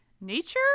Nature